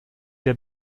der